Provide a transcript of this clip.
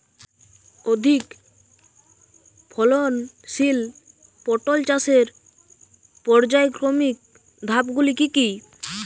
অধিক ফলনশীল পটল চাষের পর্যায়ক্রমিক ধাপগুলি কি কি?